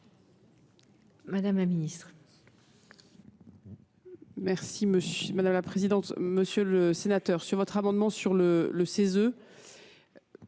madame la ministre